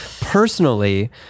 Personally